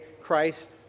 Christ